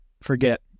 forget